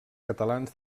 catalans